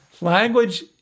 Language